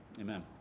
amen